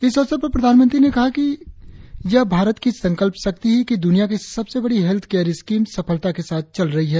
इस अवसर पर प्रधानमंत्री ने कहा कि यह भारत की संकल्प शक्ति ही है कि दुनिया की सबसे बड़ी हेल्थ केयर स्कीम सफलता के साथ चल रही है